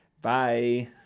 bye